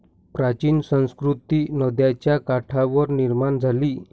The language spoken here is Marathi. प्राचीन संस्कृती नद्यांच्या काठावर निर्माण झाली